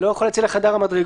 לא יכול לצאת לחדר המדרגות.